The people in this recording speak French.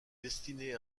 destinée